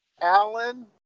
Allen